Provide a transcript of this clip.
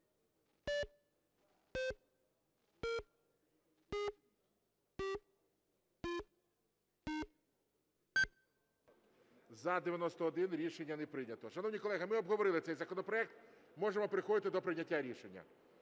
За-91 Рішення не прийнято. Шановні колеги, ми обговорили цей законопроект, можемо переходити до прийняття рішення.